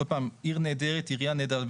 עוד פעם, עיר נהדרת, עירייה נהדרת.